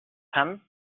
him